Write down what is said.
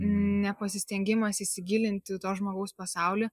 nepasistengimas įsigilinti į to žmogaus pasaulį